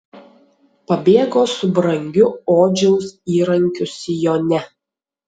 pabėgo su brangiu odžiaus įrankiu sijone